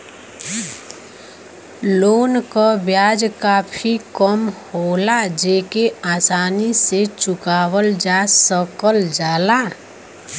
loan क ब्याज काफी कम होला जेके आसानी से चुकावल जा सकल जाला